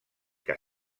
que